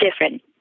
different